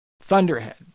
Thunderhead